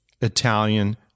Italian